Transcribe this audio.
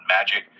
magic